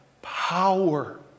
power